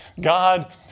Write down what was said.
God